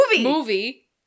Movie